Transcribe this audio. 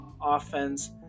offense